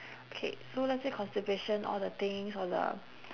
K so let's say constipation all the things all the